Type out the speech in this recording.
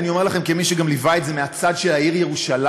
אני אומר לכם כמי שגם ליווה את זה מהצד של העיר ירושלים,